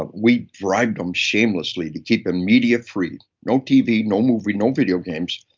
um we bribed him shamelessly to keep him media-free. no tv, no movie, no video games,